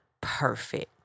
perfect